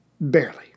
Barely